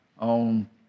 on